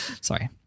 sorry